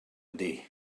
ydy